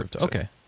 Okay